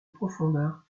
profondeur